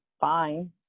fine